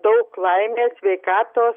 daug laimės sveikatos